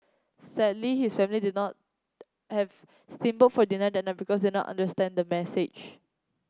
sadly his family did not have steam boat for dinner that night because they not understand the message